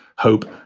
hope.